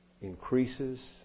increases